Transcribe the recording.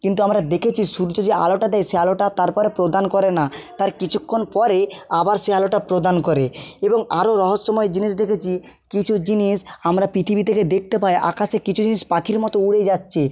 কিন্তু আমরা দেখেছি সূর্য যে আলোটা দেয় সে আলোটা আর তারপরে প্রদান করে না তার কিছুক্ষণ পরে আবার সে আলোটা প্রদান করে এবং আরো রহস্যময় জিনিস দেখেছি কিছু জিনিস আমরা পৃথিবী থেকে দেখতে পায় আকাশে কিছু জিনিস পাখির মতো উড়ে যাচ্ছে